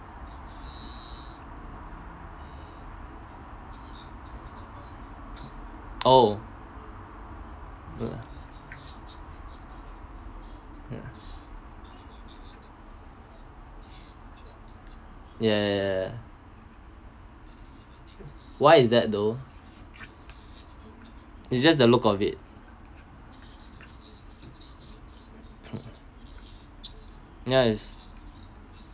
oh ya ya ya ya why's that though it's just a look of it ya is